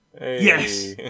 yes